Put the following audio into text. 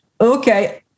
okay